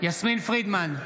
יסמין פרידמן,